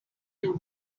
few